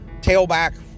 tailback